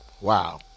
Wow